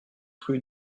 rue